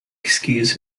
excuse